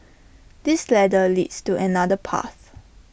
this ladder leads to another path